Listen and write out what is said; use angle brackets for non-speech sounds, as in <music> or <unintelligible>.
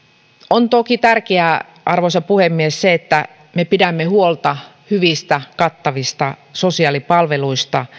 on toki tärkeää arvoisa puhemies se että me pidämme huolta hyvistä kattavista sosiaalipalveluista <unintelligible>